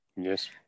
Yes